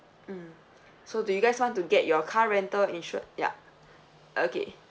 mm so do you guys want to get your car rental insured ya okay